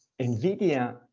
NVIDIA